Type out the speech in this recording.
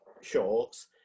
shorts